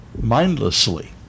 mindlessly